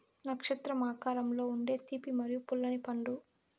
నక్షత్రం ఆకారంలో ఉండే తీపి మరియు పుల్లని పండు